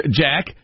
Jack